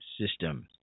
system